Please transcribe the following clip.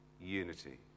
Unity